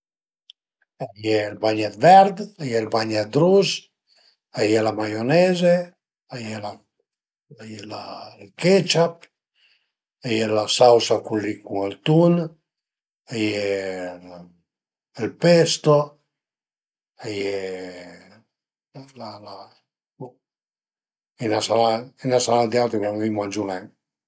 A ie ël bagnèt vert, ël bagnèt rus, a ie la maioneze, a ie la a ie la ël ketchup, a ie la sausa cula cun ël tun, a ie ël pesto, a ie la la bo, a i na sarà a i na sarà d'aute, ma mi i mangiu nen